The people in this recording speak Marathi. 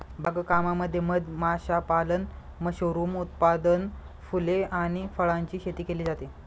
बाग कामामध्ये मध माशापालन, मशरूम उत्पादन, फुले आणि फळांची शेती केली जाते